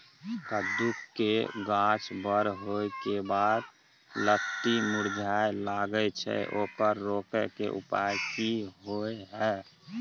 कद्दू के गाछ बर होय के बाद लत्ती मुरझाय लागे छै ओकरा रोके के उपाय कि होय है?